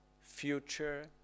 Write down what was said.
future